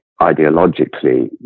ideologically